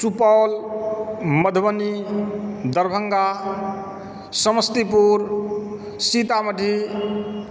Supaul Madhubani Darbhanga Samastipur Sitamarhi